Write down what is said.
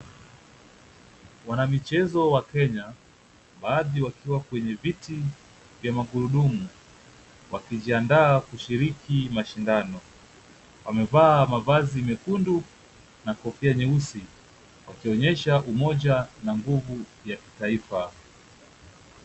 Wanamichezo wa Kenya, baadhi wakiwa kwenye viti vya magurudumu, wakijiandaa kushiriki mashindano. Wamevaa mavazi mekundu na kofia nyeusi, wakionyesha umoja na nguvu ya kitaifa.